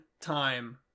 time